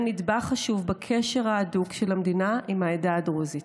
נדבך חשוב בקשר ההדוק של המדינה עם העדה הדרוזית.